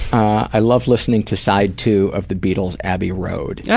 i love listening to side two of the beatles' abby road. yeah